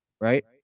Right